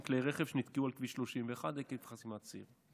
כלי רכב שנתקעו על כביש 31 עקב חסימת ציר.